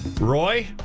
Roy